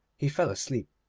he fell asleep.